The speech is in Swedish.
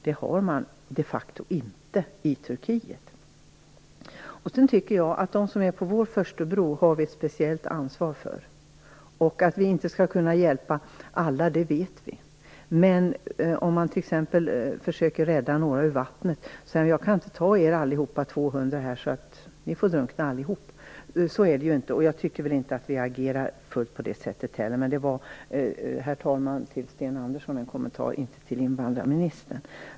De har man de facto inte i Turkiet. Sedan tycker jag vi har ett speciellt ansvar för dem som är på vår farstubro. Vi vet att vi inte kan hjälpa alla. Men tänk om man t.ex. försöker rädda några ur vattnet och säger att jag kan inte ta upp er alla 200, så ni får drunkna allihop. Jag tycker inte heller att vi agerar riktigt på det sättet men detta, herr talman, var en kommentar till Sten Andersson och inte till invandrarministern.